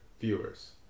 viewers